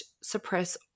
suppress